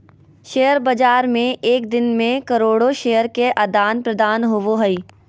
share बाज़ार में एक दिन मे करोड़ो शेयर के आदान प्रदान होबो हइ